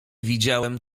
widziałem